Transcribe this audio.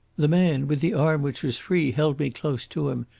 the man, with the arm which was free, held me close to him,